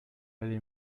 allez